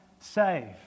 save